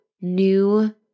new